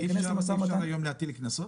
אי אפשר היום להטיל קנסות?